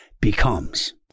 becomes